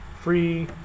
free